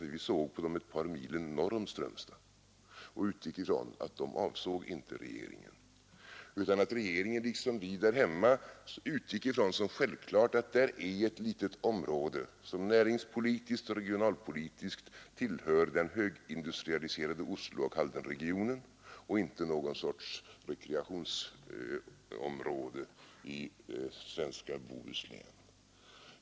Vi såg på milen norr om Strömstad. Vi utgick ifrån att regeringen inte menade dessa utan liksom vi därhemma ansåg såsom självklart att det var ett litet område, som näringspolitiskt och regionalpolitiskt tillhör den högindustrialiserade Oslooch Haldenregionen och inte utgör någon sorts rekreationsområde i svenska Bohuslän.